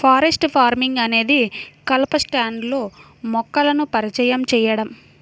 forest farming అనేది కలప స్టాండ్లో మొక్కలను పరిచయం చేయడం